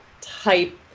type